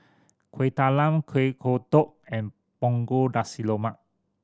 Kueh Talam Kuih Kodok and Punggol Nasi Lemak